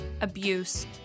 abuse